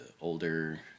older